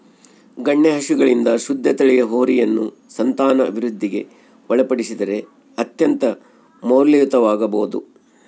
ಗಣ್ಯ ಹಸುಗಳಿಂದ ಶುದ್ಧ ತಳಿಯ ಹೋರಿಯನ್ನು ಸಂತಾನವೃದ್ಧಿಗೆ ಒಳಪಡಿಸಿದರೆ ಅತ್ಯಂತ ಮೌಲ್ಯಯುತವಾಗಬೊದು